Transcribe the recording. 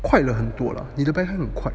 快了很多了你的 backhand 很快